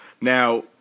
Now